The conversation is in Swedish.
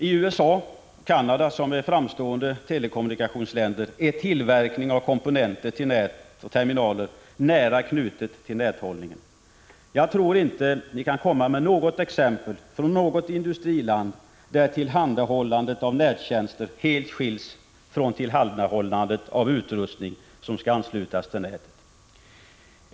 I USA och Canada, som är framstående telekommunikationsländer, är tillverkning av komponenter till nät och terminaler nära knuten till näthållningen. Jag tror inte att ni kan komma med något exempel från något industriland där tillhandahållandet av nättjänster helt skilts från tillhandahållandet av utrustning som skall anslutas till nätet.